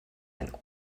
ein